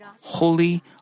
holy